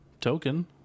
token